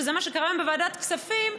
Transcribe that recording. שזה מה שקרה היום בוועדת כספים,